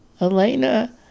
Elena